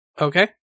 Okay